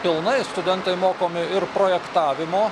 pilnai studentai mokomi ir projektavimo